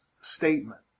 statement